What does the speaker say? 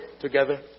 together